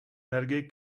energii